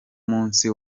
munsi